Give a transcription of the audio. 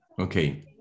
okay